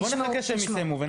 אז בואו נחכה שהם יסיימו ונצביע.